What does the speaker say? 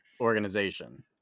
organization